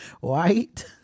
White